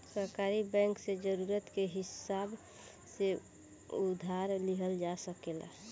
सहकारी बैंक से जरूरत के हिसाब से उधार लिहल जा सकेला